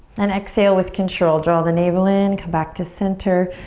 then exhale with control. draw the navel in. come back to center.